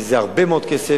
כי זה הרבה מאוד כסף.